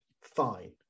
Fine